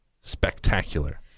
spectacular